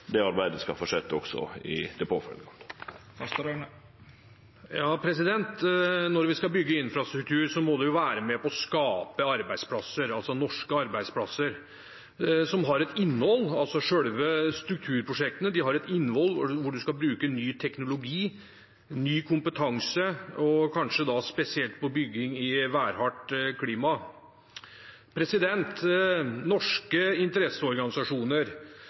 det arbeidet skal halde fram også i det påfølgjande. Når vi skal bygge infrastruktur, må det være med på å skape norske arbeidsplasser som har et innhold. Selve strukturprosjektene har et innhold hvor man skal bruke ny teknologi, ny kompetanse – kanskje spesielt på bygging i værhardt klima. Norske interesseorganisasjoner,